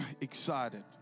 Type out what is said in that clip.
excited